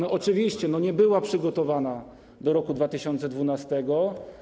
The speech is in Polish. Oczywiście nie była przygotowana do roku 2012.